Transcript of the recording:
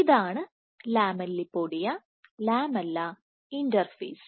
ഇതാണ് lamellipodia lamella interface